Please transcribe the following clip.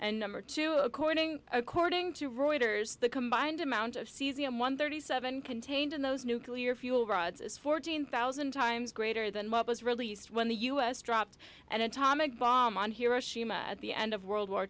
and number two according according to reuters the combined amount of cesium one thirty seven contained in those nuclear fuel rods is fourteen thousand times greater than mup was released when the u s dropped an atomic bomb on hiroshima at the end of world war